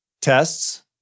tests